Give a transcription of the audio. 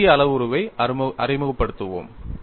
ஒரு புதிய அளவுருவை அறிமுகப்படுத்துவோம்